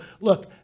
look